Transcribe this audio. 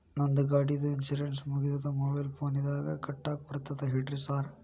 ನಂದ್ ಗಾಡಿದು ಇನ್ಶೂರೆನ್ಸ್ ಮುಗಿದದ ಮೊಬೈಲ್ ಫೋನಿನಾಗ್ ಕಟ್ಟಾಕ್ ಬರ್ತದ ಹೇಳ್ರಿ ಸಾರ್?